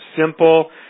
simple